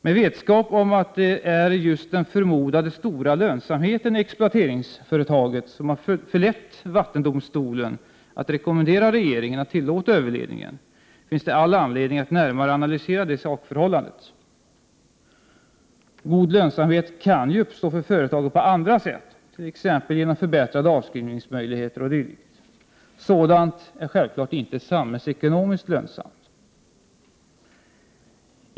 Med vetskap om att det är just den förmodade stora lönsamheten i exploateringsföretaget som har förlett vattendomstolen att rekommendera regeringen att tillåta överledningen, finns det all anledning att närmare analysera det sakförhållandet. God lönsamhet för företaget kan uppkomma på andra sätt, t.ex. genom förbättrade avskrivningsmöjligheter o.d. Sådant är självfallet inte samhällsekonomiskt lönsamt.